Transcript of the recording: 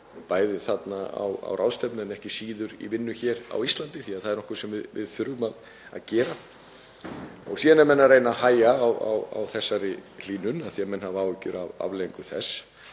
bæði á ráðstefnunni en ekki síður í vinnu hér á Íslandi því að það er nokkuð sem við þurfum að gera. Síðan eru menn að reyna að hægja á þessari hlýnun af því að menn hafa áhyggjur af afleiðingum